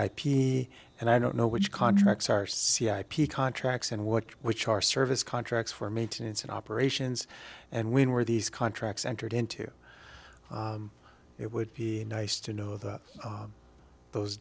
p and i don't know which contracts are c i p contracts and what which are service contracts for maintenance and operations and when were these contracts entered into it would be nice to know that those